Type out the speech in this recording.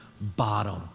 bottom